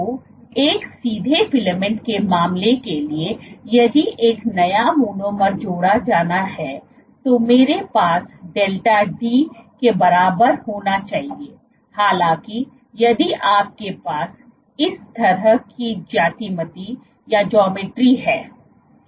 तो एक सीधे फिलामेंट के मामले के लिए यदि एक नया मोनोमर जोड़ा जाना है तो मेरे पास डेल्टा d के बराबर होना चाहिए हालाँकि यदि आपके पास इस तरह की ज्यामिति है